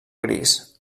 gris